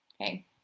Okay